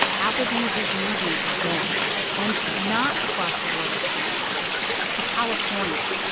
applebee's was moving again and not across the border to kansas to california.